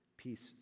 Peace